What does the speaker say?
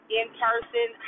in-person